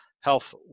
health